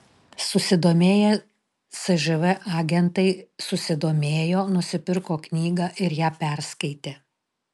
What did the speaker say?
susidomėję cžv agentai susidomėjo nusipirko knygą ir ją perskaitė